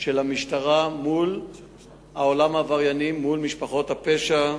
של המשטרה מול העולם העברייני, מול משפחות הפשע,